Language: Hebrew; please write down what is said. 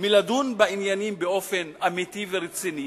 מלדון בעניינים באופן אמיתי ורציני